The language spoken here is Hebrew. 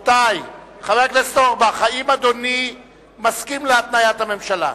חבר הכנסת אורבך, האם אדוני מסכים להתניית הממשלה?